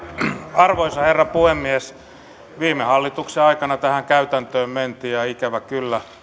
arvoisa herra puhemies viime hallituksen aikana tähän käytäntöön mentiin ja ja ikävä kyllä